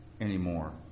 anymore